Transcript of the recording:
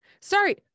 Sorry